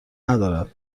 ندارد